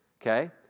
Okay